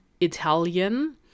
Italian